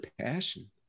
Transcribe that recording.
passion